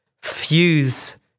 fuse